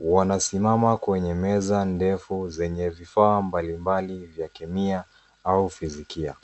wanasimama kwenye meza ndefu zenye vifaa mbali mbali vya kemia au fizikia.